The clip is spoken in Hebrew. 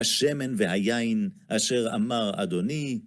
השמן והיין אשר אמר אדוני